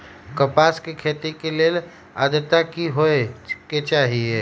कपास के खेती के लेल अद्रता की होए के चहिऐई?